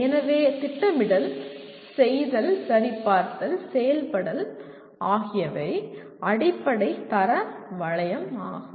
எனவே திட்டமிடல் செய்தல் சரிபார்த்தல் செயல்படல் ஆகியவை அடிப்படை தர வளையமாகும்